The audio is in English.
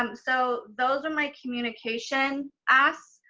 um so those are my communication asks.